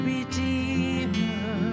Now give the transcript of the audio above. Redeemer